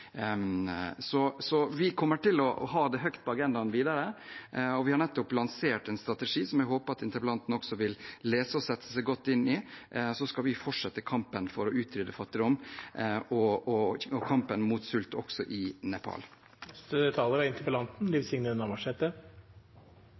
Vi kommer til å ha det høyt på agendaen videre, og vi har nettopp lansert en strategi som jeg håper interpellanten vil lese og sette seg godt inn i. Så skal vi fortsette kampen for å utrydde fattigdom og sult også i Nepal. Eg vil nytte anledninga til å takke statsråden for svara og for forsikringane om at ein òg er